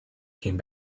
came